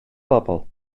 bobl